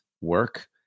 work